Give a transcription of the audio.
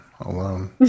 alone